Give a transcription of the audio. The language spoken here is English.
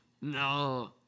No